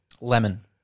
Lemon